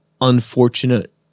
unfortunate